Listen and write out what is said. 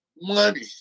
money